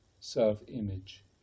self-image